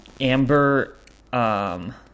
Amber